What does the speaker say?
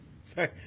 Sorry